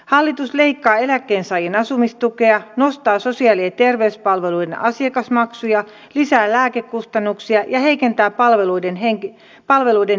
hallitus leikkaa eläkkeensaajien asumistukea nostaa sosiaali ja terveyspalveluiden asiakasmaksuja lisää lääkekustannuksia ja heikentää palveluiden henkilöstömitoituksia